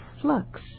flux